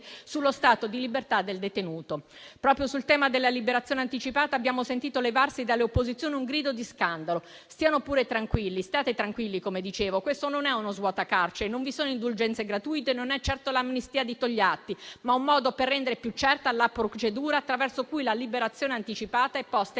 sullo stato di libertà del detenuto. Proprio sul tema della liberazione anticipata abbiamo sentito levarsi dalle opposizioni un grido di scandalo. Stiano pure tranquilli; come dicevo, questo non è uno svuotacarceri, non vi sono indulgenze gratuite, non è certo l'amnistia di Togliatti, ma un modo per rendere più certa la procedura attraverso cui la liberazione anticipata è posta